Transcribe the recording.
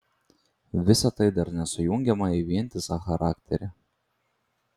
visa tai dar nesujungiama į vientisą charakterį